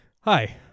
Hi